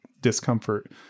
discomfort